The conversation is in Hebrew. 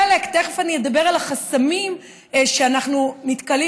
תכף אני אדבר על החסמים שאנחנו נתקלים